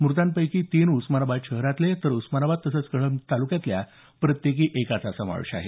म्रतांपैकी तीन उस्मानाबाद शहरातले तर उस्मानाबाद तसंच कळंब जिल्ह्यात प्रत्येकी एकाचा समावेश आहे